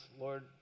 Lord